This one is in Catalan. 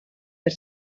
per